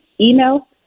email